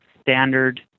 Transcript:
standard